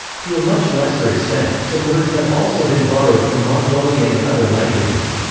to a much lesser extent, some words have also been borrowed from mongolian and other languages.